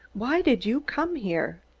why did you come here?